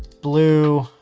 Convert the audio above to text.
blue